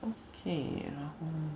okay 然后